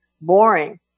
boring